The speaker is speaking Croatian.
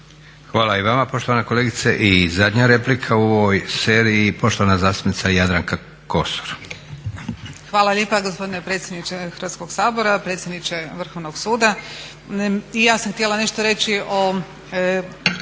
Hvala i vama poštovana kolegice. I zadnja replika u ovoj seriji, poštovana zastupnica Jadranka Kosor. **Kosor, Jadranka (Nezavisni)** Hvala lijepa gospodine predsjedniče Hrvatskoga sabora. Predsjedniče Vrhovnog suda, i ja sam htjela nešto reći o